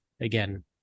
again